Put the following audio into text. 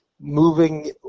moving